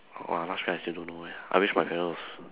!wah! last wish I still don't know leh I wish my parents was